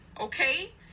okay